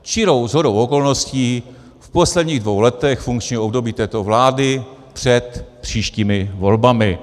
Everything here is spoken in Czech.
Čirou shodou okolností v posledních dvou letech funkčního období této vlády před příštími volbami.